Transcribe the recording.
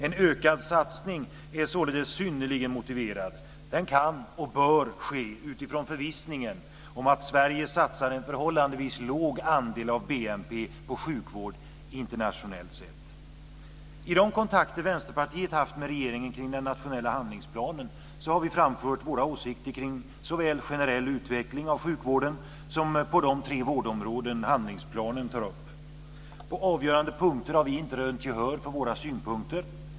En ökad satsning är således synnerligen motiverad. Den kan och bör ske utifrån förvissningen att Sverige satsar en förhållandevis låg andel av BNP på sjukvård internationellt sett. I de kontakter Vänsterpartiet har haft med regeringen kring den nationella handlingsplanen har vi framfört våra åsikter kring såväl generell utveckling av sjukvården som på de tre vårdområden handlingsplanen tar upp. På avgörande punkter har vi inte rönt gehör för våra synpunkter.